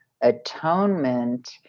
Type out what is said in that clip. atonement